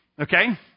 Okay